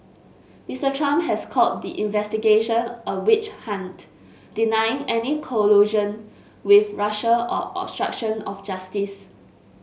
Mister Trump has called the investigation a witch hunt denying any collusion with Russia or obstruction of justice